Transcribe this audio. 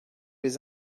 les